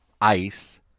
ice